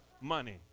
money